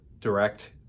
direct